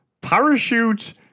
parachute